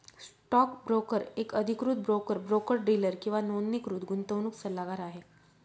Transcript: stock broker एक अधिकृत broker, broker dealer किंवा नोंदणीकृत गुंतवणूक सल्लागार आहे